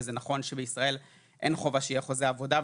וזה נכון שבישראל אין חובה שיהיה חוזה עבודה,